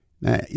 Now